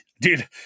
Dude